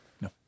No